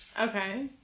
Okay